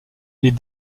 les